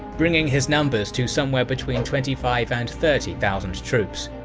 bringing his numbers to somewhere between twenty five and thirty thousand troops.